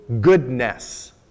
goodness